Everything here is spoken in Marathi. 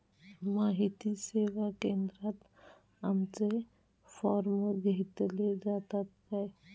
माहिती सेवा केंद्रात आमचे फॉर्म घेतले जातात काय?